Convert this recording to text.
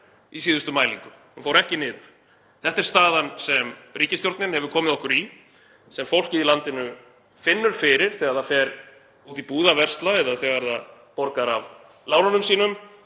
í síðustu mælingu. Hún fór ekki niður. Þetta er staðan sem ríkisstjórnin hefur komið okkur í, sem fólkið í landinu finnur fyrir þegar það fer út í búð að versla eða þegar það borgar af lánunum sínum.